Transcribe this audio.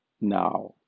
now